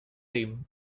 him